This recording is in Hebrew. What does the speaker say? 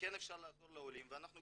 וכן אפשר לעזור לעולים ואנחנו